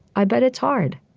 i bet it's hard.